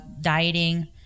dieting